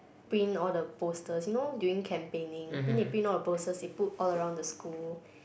print all the posters you know during campaigning then they print all the posters they put all around the school